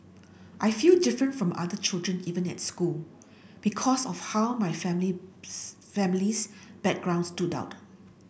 I feel different from other children even at school because of how my family's families background stood out